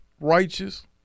righteous